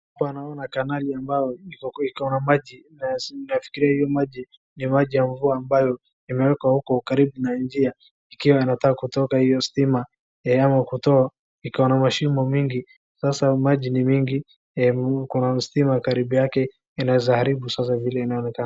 Hapa naona kanali ambayo iko na maji na nafikiria hiyo maji ni maji ya mvua ambayo imewekwa huko karibu na njia ikiwa inataka kutoka hiyo stima ama kutoa iko na mashimo mingi sasa maji ni mingi, kuna stima karibu yake inaweza haribu sasa vile inaonekana.